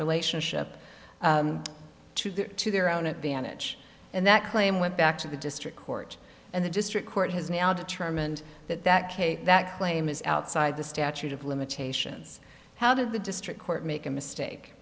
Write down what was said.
relationship to their own advantage and that claim went back to the district court and the district court has now determined that that case that claim is outside the statute of limitations how did the district court make a mistake